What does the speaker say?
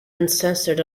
uncensored